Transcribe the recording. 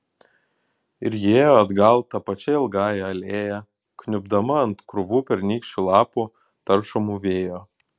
ir ji ėjo atgal ta pačia ilgąja alėja kniubdama ant krūvų pernykščių lapų taršomų vėjo